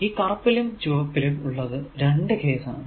ഈ കറുപ്പിലും ചുവപ്പിലും ഉള്ളത് രണ്ടു കേസ് ആണ്